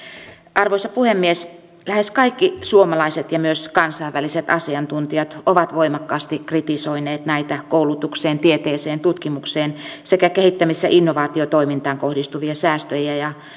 arvoisa puhemies lähes kaikki suomalaiset ja myös kansainväliset asiantuntijat ovat voimakkaasti kritisoineet näitä koulutukseen tieteeseen tutkimukseen sekä kehittämis ja innovaatiotoimintaan kohdistuvia säästöjä ja